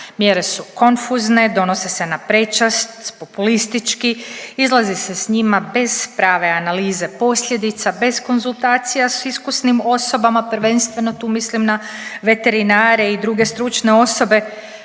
Mjere su konfuzne, donose se na prečac, populistički, izlazi se s njima bez prave analize posljedica, bez konzultacija s iskusnim osobama, prvenstveno tu mislim na veterinare i druge stručne osobe,